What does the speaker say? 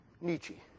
Nietzsche